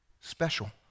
special